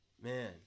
Man